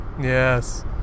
Yes